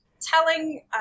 telling